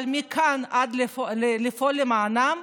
אבל מכאן עד לפעול למענם,